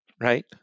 right